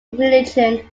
religion